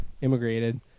immigrated